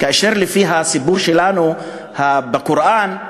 לפי הסיפור שלנו בקוראן,